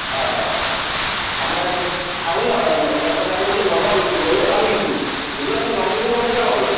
হয় হয় আপ্নাৰ এড্ৰেছটো আহিম দক আহিম দক আপ্নাৰ তাতে যদি লবা ল'লে ভাল কিন্তু যদি আপ্নি লম বুলি কয় যাম আৰু